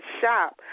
Shop